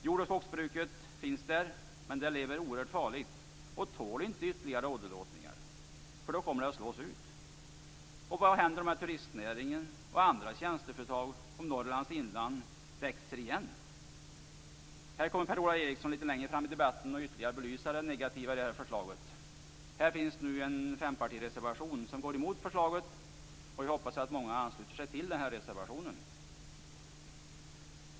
Jord och skogsbruken finns där, men de lever oerhört farligt och tål inte ytterligare åderlåtningar för då kommer de att slås ut. Vad händer med turistnäringen och andra tjänsteföretag om Norrlands inland växer igen? Per-Ola Eriksson kommer litet längre fram i debatten att ytterligare belysa det negativa med förslaget. Det finns en fempartireservation som går emot förslaget, och jag hoppas att många ansluter sig till denna reservation.